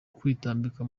kwitambika